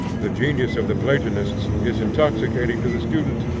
the genius of the platonists is intoxicating to the student,